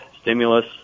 stimulus